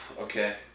Okay